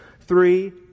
three